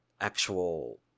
actual